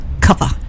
cover